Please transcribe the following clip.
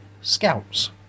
scouts